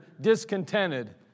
discontented